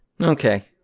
Okay